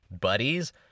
buddies